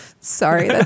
sorry